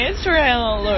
Israel